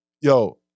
Yo